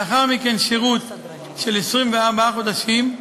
לאחר מכן שירות של 24 חודשים,